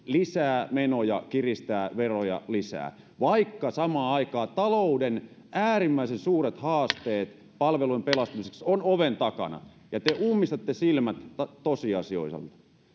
lisää menoja ja kiristää veroja lisää vaikka samaan aikaan talouden äärimmäisen suuret haasteet palvelujen pelastamiseksi ovat oven takana ja te ummistatte silmät tosiasioilta